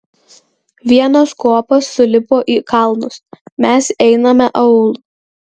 vienos kuopos sulipo į kalnus mes einame aūlu